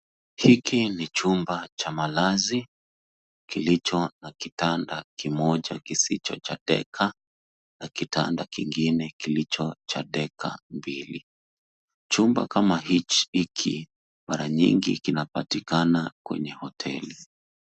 Hiki ni chumba cha malazi kilicho na kitanda kimoja kisicho cha decor na kitanda kingine kilicho cha decor mbili. Chumba kama hiki ,mara nyingi kinapatikana kwenye hoteli.